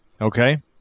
Okay